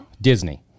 disney